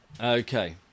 Okay